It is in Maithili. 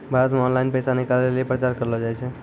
भारत मे ऑनलाइन पैसा निकालै लेली प्रचार करलो जाय छै